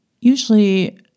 usually